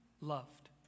loved